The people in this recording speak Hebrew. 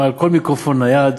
בכל מיקרופון נייד,